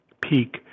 peak